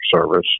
service